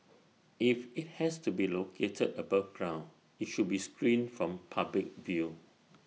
if IT has to be located above ground IT should be screened from public view